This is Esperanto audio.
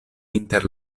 inter